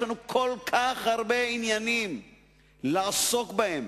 יש לנו כל כך הרבה עניינים לעסוק בהם,